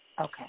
Okay